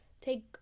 Take